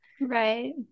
Right